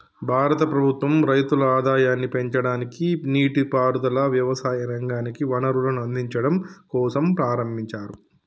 భారత ప్రభుత్వం రైతుల ఆదాయాన్ని పెంచడానికి, నీటి పారుదల, వ్యవసాయ రంగానికి వనరులను అందిచడం కోసంప్రారంబించారు